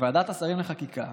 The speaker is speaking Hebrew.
שוועדת השרים לחקיקה